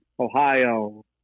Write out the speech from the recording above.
Ohio